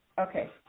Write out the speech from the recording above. Okay